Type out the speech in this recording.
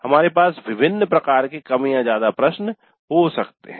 हमारे पास विभिन्न प्रकार के कम या ज्यादा प्रश्न हो सकते हैं